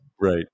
Right